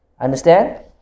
Understand